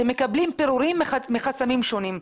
הם מקבלים פירורים מחסמים שונים.